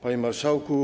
Panie Marszałku!